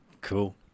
Cool